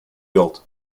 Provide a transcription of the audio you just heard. willed